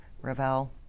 Ravel